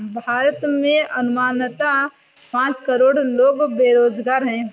भारत में अनुमानतः पांच करोड़ लोग बेरोज़गार है